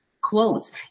quotes